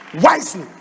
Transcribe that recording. wisely